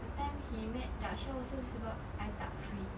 that time he met Dakshah also sebab I tak free